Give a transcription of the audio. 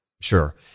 Sure